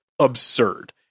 absurd